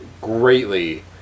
greatly